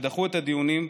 כשדחו את הדיונים,